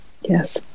Yes